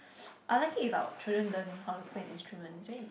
I like it if our children learn how to play an instrument it's very